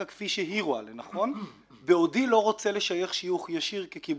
כפי שהיא רואה לנכון בעודי לא רוצה לשייך שיוך ישיר כקיבוץ.